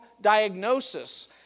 diagnosis